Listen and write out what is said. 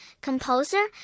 composer